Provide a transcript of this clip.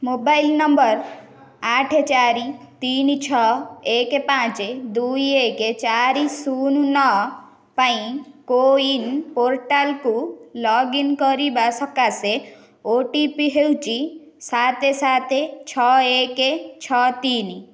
mobile number ଆଠ ଚାରି ତିନି ଛଅ ଏକ ପାଞ୍ଚ ଦୁଇ ଏକେ ଚାରି ଶୂନ ନଅ ପାଇଁ କୋୱିନ ପୋର୍ଟାଲକୁ ଲଗ୍ଇନ୍ କରିବା ସକାଶେ ଓ ଟି ପି ହେଉଛି ସାତ ସାତ ଛଅ ଏକ ଛଅ ତିନି